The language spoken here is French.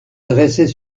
dressait